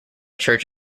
church